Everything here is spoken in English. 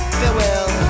farewell